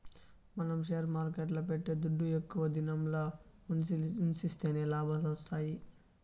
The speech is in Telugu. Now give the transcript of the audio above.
మనం షేర్ మార్కెట్ల పెట్టే దుడ్డు ఎక్కువ దినంల ఉన్సిస్తేనే లాభాలొత్తాయి